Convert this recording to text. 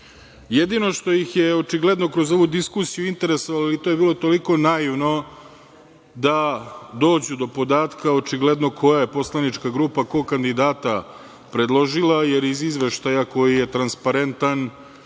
Jedino što ih je očigledno kroz ovu diskusiju interesovalo, to je bilo toliko naivno, jeste da dođu do podatka koja je poslanička grupa kog kandidata predložila, jer iz izveštaja koji je transparentan,